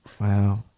Wow